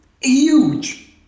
huge